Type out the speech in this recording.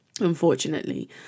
unfortunately